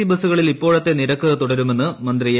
C ബസ്സുകളിൽ ഇപ്പോഴ്ളത്ത നിരക്ക് തുടരുമെന്ന് മന്ത്രി എ